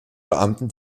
beamten